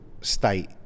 state